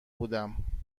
بودم